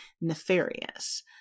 nefarious